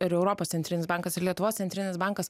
ir europos centrinis bankas ir lietuvos centrinis bankas